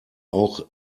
auch